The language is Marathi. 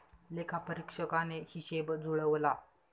लेखापरीक्षकाने हिशेब जुळवला